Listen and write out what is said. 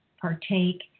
partake